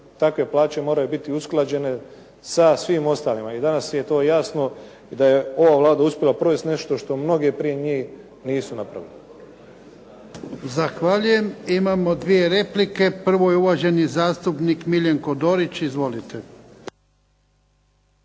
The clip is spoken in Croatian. takve plaće moraju biti usklađene sa svim ostalima. I danas je to jasno da je ova Vlada uspjela provesti nešto što mnogi prije njih nisu napravili.